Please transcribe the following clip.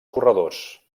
corredors